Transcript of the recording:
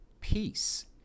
peace